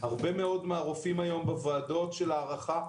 הרבה מאוד מהרופאים היום בוועדות של הערכה,